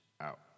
out